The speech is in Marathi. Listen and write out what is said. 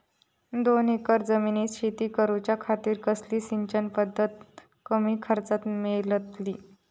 दोन एकर जमिनीत शेती करूच्या खातीर कसली सिंचन पध्दत कमी खर्चात मेलतली?